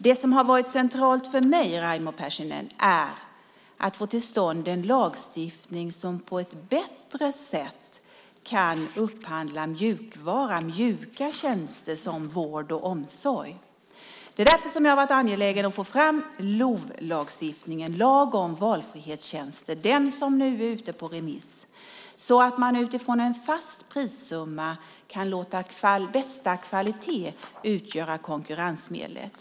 Det som har varit centralt för mig har varit att få till stånd en lagstiftning som på ett bättre sätt kan upphandla mjuka tjänster som vård och omsorg. Det är därför som jag har varit angelägen att få fram LOV, lag om valfrihetstjänster. Den är nu ute på remiss. Utifrån en fast prissumma ska man låta bästa kvalitet utgöra konkurrensmedlet.